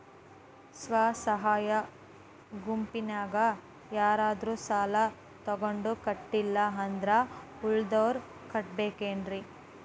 ಸ್ವ ಸಹಾಯ ಗುಂಪಿನ್ಯಾಗ ಯಾರಾದ್ರೂ ಸಾಲ ತಗೊಂಡು ಕಟ್ಟಿಲ್ಲ ಅಂದ್ರ ಉಳದೋರ್ ಕಟ್ಟಬೇಕೇನ್ರಿ?